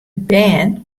bern